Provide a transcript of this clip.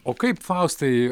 o kaip faustai